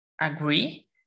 agree